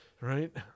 right